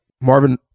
Marvin